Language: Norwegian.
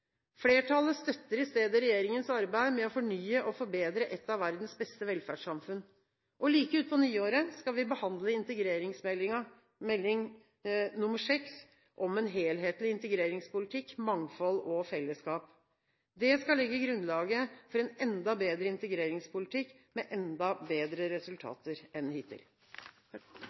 Flertallet støtter i stedet regjeringens arbeid med å fornye og forbedre et av verdens beste velferdssamfunn. Like utpå nyåret skal vi behandle integreringsmeldingen, Meld. St. 6 for 2012–2013, om en helhetlig integreringspolitikk, mangfold og fellesskap. Det skal legge grunnlaget for en enda bedre integreringspolitikk, med enda bedre resultater enn hittil.